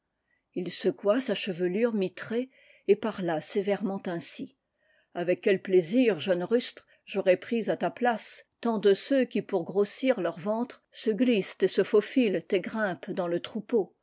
il secoua sa chevelure mitrée et parla sévèrement ainsi avec quel plaisir jeune rustre j'aurais pris à ta place tant de ceux qui pour grossir leur ventre se glissent et se faufilent et grimpent dans le troupeau